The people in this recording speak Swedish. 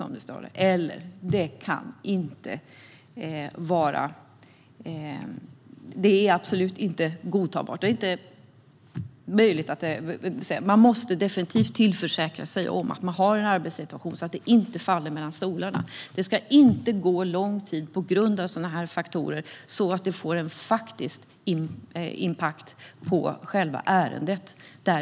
Allt detta är på KU:ska ej godtagbart. Man måste definitivt tillförsäkra sig att det finns en arbetssituation som gör att ärenden inte faller mellan stolarna. Det ska inte på grund av sådana faktorer gå så lång tid att det får en faktisk impact på själva ärendet.